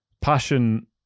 passion